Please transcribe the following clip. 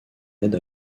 aide